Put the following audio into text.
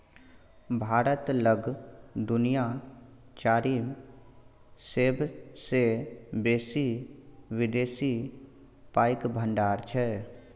भारत लग दुनिया चारिम सेबसे बेसी विदेशी पाइक भंडार छै